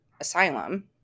asylum